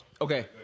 Okay